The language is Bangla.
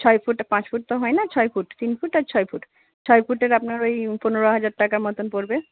ছয় ফুট পাঁচ ফুট তো হয় না ছয় ফুট তিন ফুট আর ছয় ফুট ছয় ফুটের আপনার ওই পনেরো হাজার টাকা মতন পড়বে